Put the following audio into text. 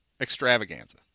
extravaganza